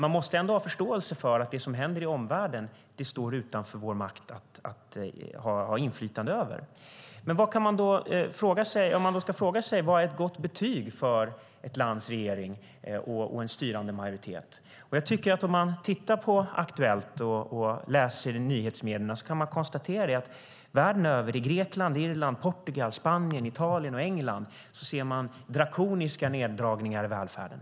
Vi måste dock ha förståelse för att det som händer i omvärlden har vi inte möjlighet att ha inflytande över. Man kan fråga sig vad som är ett gott betyg för ett lands regering och en styrande majoritet. Om man tittar på Aktuellt och läser nyhetsmedierna kan man konstatera att världen över - i Grekland, Irland, Portugal, Spanien, Italien och England - görs det drakoniska neddragningar i välfärden.